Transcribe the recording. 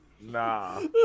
Nah